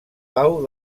pau